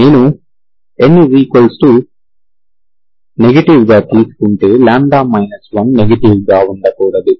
నేను n negative గా తీసుకుంటే λ 1 నెగెటివ్ గా ఉండకూడదు